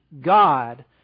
God